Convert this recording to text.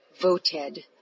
voted